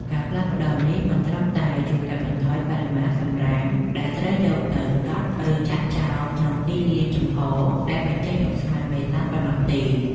ការផ្លាស់ប្តូរនេះមិនត្រឹមតែជួយកាត់បន្ថយបរិមាណសម្រាមដែលត្រូវយកទៅដុត ឬចាក់ចោលក្នុងទីលានចំហដែលបញ្ចេញឧស្ម័នមេតានប៉ុណ្ណោះទេ។